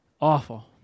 awful